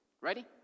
Ready